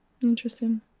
Interesting